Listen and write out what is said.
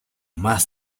más